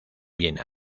viena